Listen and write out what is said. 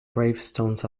gravestones